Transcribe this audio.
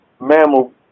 Mammal